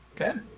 okay